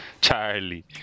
Charlie